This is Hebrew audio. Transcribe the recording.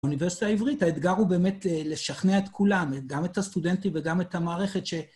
באוניברסיטה העברית, האתגר הוא באמת לשכנע את כולם, גם את הסטודנטים וגם את המערכת ש...